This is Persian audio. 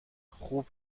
خوب